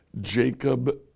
Jacob